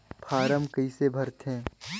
Form कइसे भरते?